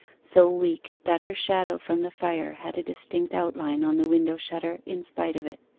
so weak that her shadow from the fire had a distinct outline on the window-shutter in spite of it.